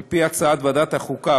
על פי הצעת ועדת החוקה,